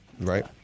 Right